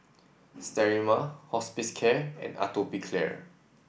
Sterimar Hospicare and Atopiclair